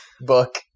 Book